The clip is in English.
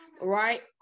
Right